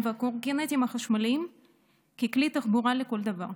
ובקורקינטים חשמליים ככלי תחבורה לכל דבר.